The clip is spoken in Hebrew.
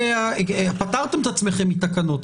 פטרתם את עצמכם מתקנות,